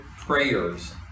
prayers